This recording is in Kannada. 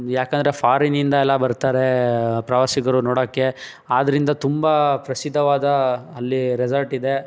ಯಾಕಂದರೆ ಫಾರಿನಿಂದ ಎಲ್ಲ ಬರ್ತಾರೆ ಪ್ರವಾಸಿಗರು ನೋಡೋಕ್ಕೆ ಆದ್ದರಿಂದ ತುಂಬ ಪ್ರಸಿದ್ಧವಾದ ಅಲ್ಲಿ ರೆಸಾರ್ಟ್ ಇದೆ